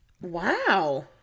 Wow